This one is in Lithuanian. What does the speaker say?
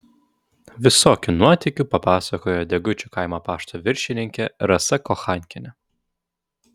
visokių nuotykių papasakojo degučių kaimo pašto viršininkė rasa kochankienė